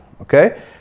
okay